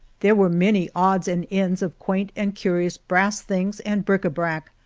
there were many odds and ends of quaint and curious brass things and bric brac,